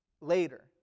later